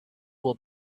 will